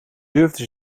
durfde